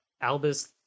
Albus